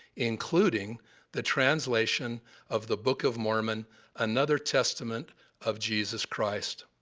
including the translation of the book of mormon another testament of jesus christ.